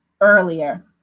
earlier